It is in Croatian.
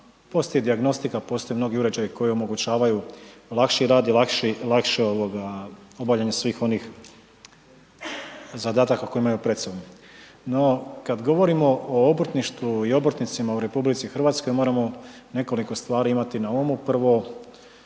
postoji dijagnostika, postoje mnogi uređaji koji omogućavaju lakši rad i lakše obavljanje svih onih zadataka koje imaju pred sobom. No kad govorimo o obrtništvu i obrtnicima u RH, moramo nekoliko stvari imati na umu, prvo,